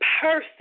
person